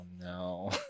no